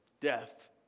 death